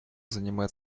занимает